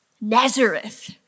Nazareth